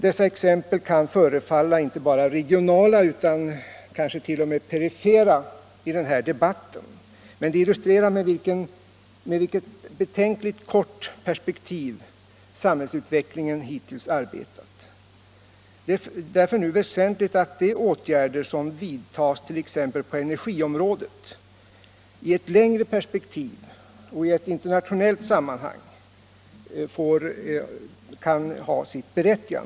Dessa exempel kan förefalla inte bara regionala utan kanske t.o.m. perifera i den här debatten, men de illustrerar med vilket betänkligt kort perspektiv samhällsutvecklingen hittills arbetat. Det är därför nu väsentligt att se de åtgärder som vidtas t.ex. på energiområdet i ett längre perspektiv och i ett internationellt sammanhang.